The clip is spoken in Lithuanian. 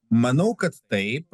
manau kad taip